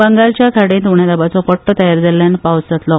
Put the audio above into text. बंगालच्या खाडीन उण्या दाबाचो पट्टो तयार जाल्ल्यान पावस जातलो